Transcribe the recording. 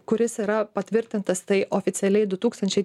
kuris yra patvirtintas tai oficialiai du tūkstančiai